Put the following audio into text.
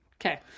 Okay